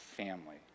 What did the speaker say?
family